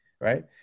right